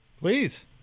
Please